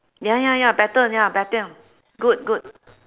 ya ya ya better ya better good good